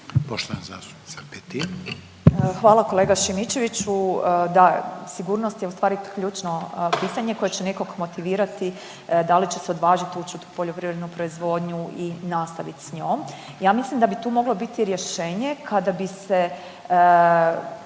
Marijana (Nezavisni)** Hvala kolega Šimičeviću, da sigurnost je ustvari ključno pitanje koje će nekog motivirati da li će se odvažit uć u poljoprivrednu proizvodnju i nastavit s njom. Ja mislim da bi tu moglo biti rješenje kada bi se